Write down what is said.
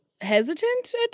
hesitant